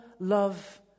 love